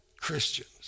Christians